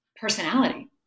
personality